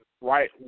right